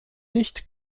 nicht